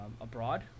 abroad